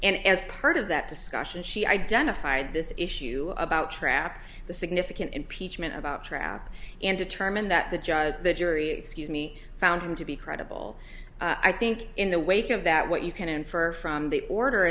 and as part of that discussion she identified this issue about trap the significant impeachment about trap and determine that the judge the jury excuse me found to be credible i think in the wake of that what you can infer from the order